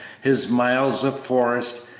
his miles of forest,